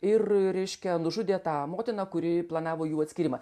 ir reiškia nužudė tą motiną kuri planavo jų atskyrimą